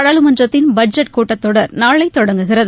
நாடாளுமன்றத்தின் பட்ஜெட் கூட்டத்தொடர் நாளை தொடங்குகிறது